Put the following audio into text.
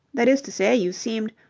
that is to say, you seemed.